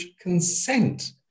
consent